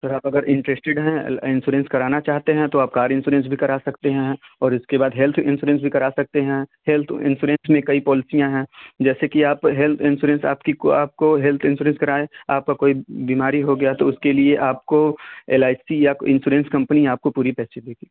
और आप अगर इंटरेस्टेड हैं इंसोरेन्स कराना चाहते हैं तो आप कार इंसोरेंस भी करा सकते हैं और उसके बाद हेल्थ इंस्योरेंस भी करा सकते हैं हेल्थ इंस्योरेंस में कई सारी पॉलिसियाँ हैं जैसे कि आप हेल्थ इंस्योरेंस आपकी आपको हेल्थ इंसोरेंस कराएँ आपका कोई बीमारी हो गया तो उसके लिए आपको एल आई सी या इंस्योरेंस कंपनी आपको पूरे पैसे देगी